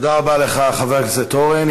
תודה רבה לך, חבר הכנסת אורן.